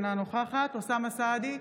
אינה נוכחת אוסאמה סעדי,